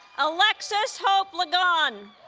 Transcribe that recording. alexis hope ligon